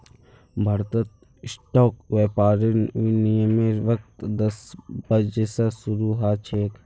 भारतत स्टॉक व्यापारेर विनियमेर वक़्त दस बजे स शरू ह छेक